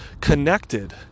connected